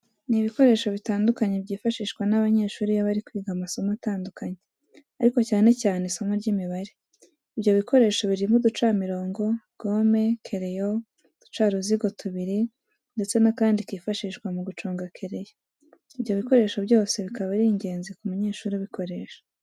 Ni ibikoresho bitandukanye byifashishwa n'abanyeshuri iyo bari kwiga amasomo atandukanye ariko cyane cyane isimo ry'Imibare. Ibyo bikoresho birimo uducamirongo, gome, kereyo, uducaruziga tubiri ndetse n'akandi kifashishwa mu guconga kereyo. Ibyo bikoresho byose bikaba ari ingenzi ku munyeshuri ubikoresha.